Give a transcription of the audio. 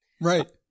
Right